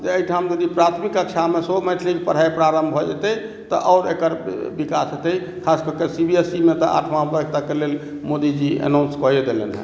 जे एहिठाम यदि प्राथमिक कक्षामे सेहो मैथिलीमे पढ़ाइ प्रारम्भ भऽ जेतै तऽ आओर एकर विकास हेतै खास कऽ कऽ सी बी एस ई मे तऽ आठवाँ वर्ग तकके लेल मोदी जी अन्नऔंस कए देलनि हेँ